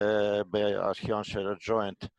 ‫בארכיון של הג'וינט.